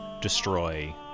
destroy